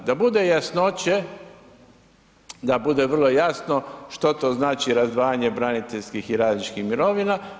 Da bude jasnoće, da bude vrlo jasno, što to znači razdvajanje braniteljskih i radničkih mirovina.